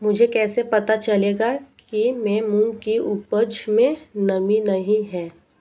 मुझे कैसे पता चलेगा कि मूंग की उपज में नमी नहीं है?